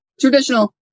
traditional